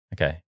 Okay